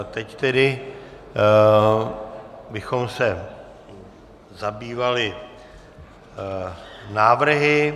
Teď tedy bychom se zabývali návrhy.